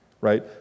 Right